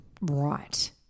Right